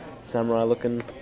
samurai-looking